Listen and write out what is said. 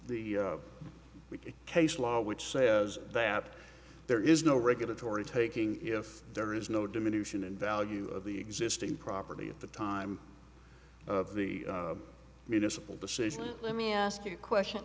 case law which says that there is no regulatory taking if there is no diminution in value of the existing property at the time of the municipal decision let me ask you a question